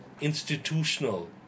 institutional